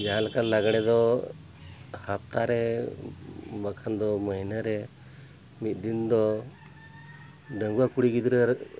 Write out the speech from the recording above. ᱡᱟᱦᱟᱸ ᱞᱮᱠᱟ ᱞᱟᱜᱽᱬᱮ ᱫᱚ ᱦᱟᱯᱛᱟ ᱨᱮ ᱵᱟᱠᱷᱟᱱ ᱫᱚ ᱢᱟᱹᱦᱱᱟ ᱨᱮ ᱢᱤᱫ ᱫᱤᱱ ᱫᱚ ᱰᱟᱺᱜᱩᱣᱟᱹ ᱠᱩᱲᱤ ᱜᱤᱫᱽᱨᱟᱹ